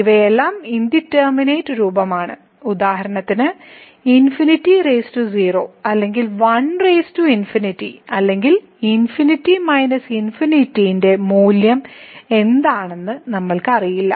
ഇവയെല്ലാം ഇൻഡിറ്റർമിനേറ്റ് രൂപമാണ് ഉദാഹരണത്തിന് 0 അല്ലെങ്കിൽ 1∞ ∞ ന്റെ മൂല്യം എന്താണെന്ന് നമ്മൾക്ക് അറിയില്ല